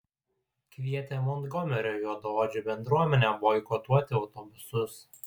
kvietė montgomerio juodaodžių bendruomenę boikotuoti autobusus